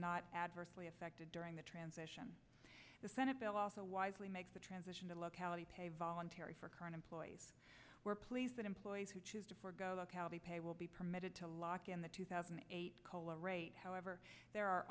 not adversely affected during the transition the senate bill also wisely makes the transition to locality pay voluntary for current employees we're pleased that employees who choose to forgo locality pay will be permitted to lock in the two thousand and eight cola rate however there are